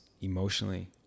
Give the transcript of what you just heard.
emotionally